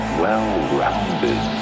well-rounded